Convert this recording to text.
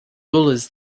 rulers